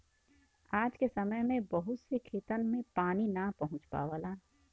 आज के समय में बहुत से खेतन में पानी ना पहुंच पावला